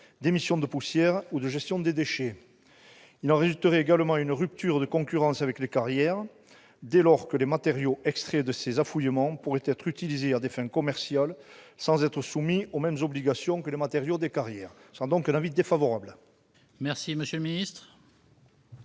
d'émissions de poussières ou de gestion des déchets. Il en résulterait également une rupture de concurrence avec les carrières, dès lors que les matériaux extraits de ces affouillements pourraient être utilisés à des fins commerciales sans être soumis aux mêmes obligations que les matériaux des carrières. L'avis est donc défavorable. Quel est l'avis